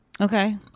Okay